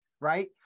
right